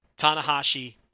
Tanahashi